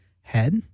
head